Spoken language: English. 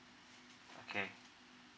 okay